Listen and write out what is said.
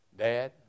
Dad